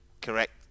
correct